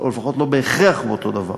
או לפחות לא בהכרח באותו הדבר.